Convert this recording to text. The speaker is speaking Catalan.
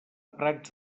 prats